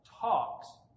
talks